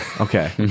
Okay